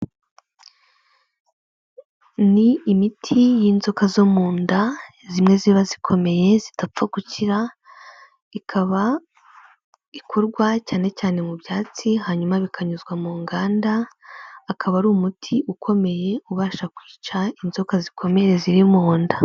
Ni imiti y'inzoka zo mu nda, zimwe ziba zikomeye zidapfa gukira, ikaba ikorwa cyane cyane mu byatsi hanyuma bikanyuzwa mu nganda, akaba ari umuti ukomeye ubasha kwica inzoka zikomeye ziri mu nda.